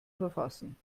verfassen